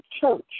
church